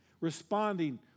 Responding